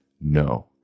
no